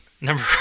number